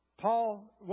Paul